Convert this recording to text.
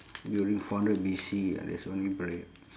during four hundred B_C ah there's only bread